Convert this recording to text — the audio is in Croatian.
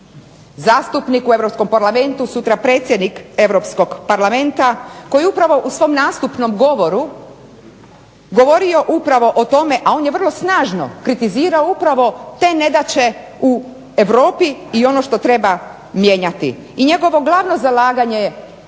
zastupnik u Europskom parlamentu sutra predsjednik Europskog parlamenta koji je upravo u svom nastupnom govoru govorio o tome, a on je vrlo snažno kritizirao upravo te nedaće u Europi i ono što treba mijenjati i njegovo glavno zalaganje i